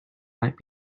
might